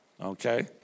Okay